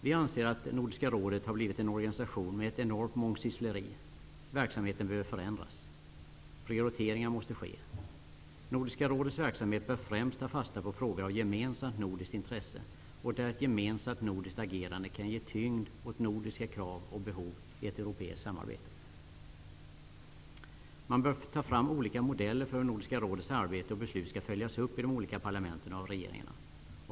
Vi anser att Nordiska rådet har blivit en organisation med ett enormt mångsyssleri. Verksamheten behöver förändras. Prioriteringar måste ske. Nordiska rådets verksamhet bör främst ta fasta på frågor av gemensamt nordiskt intresse och där ett gemensamt nordiskt agerande kan ge tyngd åt nordiska krav och behov i ett europeiskt samarbete. Man bör ta fram olika modeller för hur Nordiska rådets arbete och beslut skall följas upp i de olika parlamenten och regeringarna.